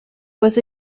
was